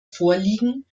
vorliegen